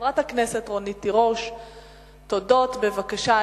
חברת הכנסת רונית תירוש, תודות, בבקשה.